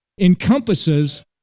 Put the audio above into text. encompasses